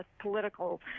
political